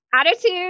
attitude